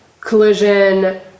collision